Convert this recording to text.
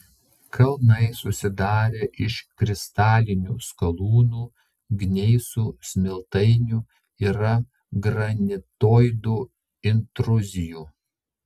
kalnai susidarę iš kristalinių skalūnų gneisų smiltainių yra granitoidų intruzijų